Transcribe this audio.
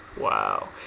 Wow